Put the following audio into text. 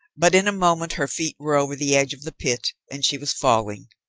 but in a moment her feet were over the edge of the pit and she was falling.